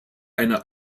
eine